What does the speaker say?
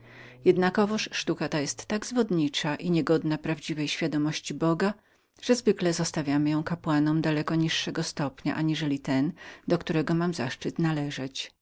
jednakowoż sztuka ta jest tak zwodniczą i niegodną prawdziwej świadomości boga że zwykle zostawiamy ją kapłanom daleko niższego stopnia aniżeli ten do którego mam zaszczyt należeć